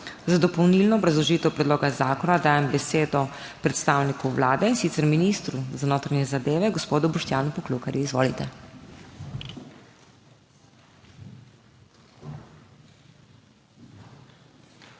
Za dopolnilno obrazložitev predloga zakona dajem besedo predstavniku Vlade, in sicer ministru za notranje zadeve gospodu Boštjanu Poklukarju. Izvolite.